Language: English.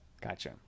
Gotcha